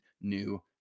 new